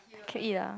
can eat ah